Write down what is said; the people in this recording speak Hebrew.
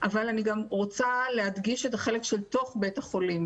אבל אני גם רוצה להדגיש את החלק של תוך בית החולים,